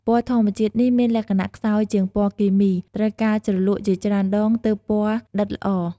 ពណ៌ធម្មជាតិនេះមានលក្ខណៈខ្សោយជាងពណ៌គីមី ត្រូវការជ្រលក់ជាច្រើនដងទើបពណ៌ដិតល្អ។